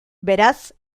beraz